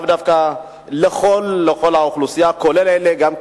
לאו דווקא לכל האוכלוסייה, כולל, גם כן,